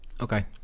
Okay